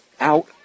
out